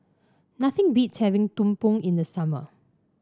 nothing beats having tumpeng in the summer